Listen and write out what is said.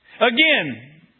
Again